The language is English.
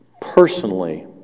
personally